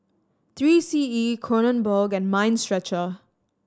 Three C E Kronenbourg and Mind Stretcher